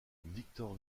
victor